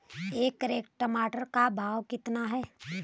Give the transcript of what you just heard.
एक कैरेट टमाटर का भाव कितना है?